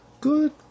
Good